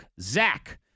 Zach